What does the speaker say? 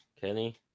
Kenny